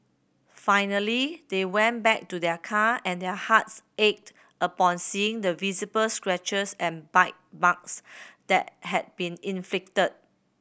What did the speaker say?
finally they went back to their car and their hearts ached upon seeing the visible scratches and bite marks that had been inflicted